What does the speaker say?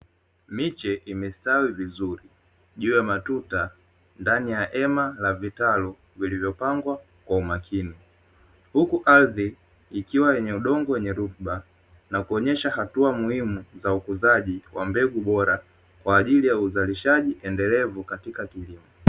Miche imestawi vizuri juu ya matuta ndani ya hema la vitalu viliyvopangwa kwa umakini huku ardhi ikiwa yenye udongo wenye rutuba na kuonesha hatua muhimu za ukuzaji wa mbegu bora, kwa ajili ya uzalishaji endelevu katika kilimo.